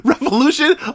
revolution